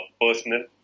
personal